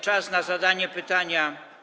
Czas na zadanie pytania.